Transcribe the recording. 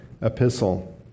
epistle